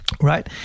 Right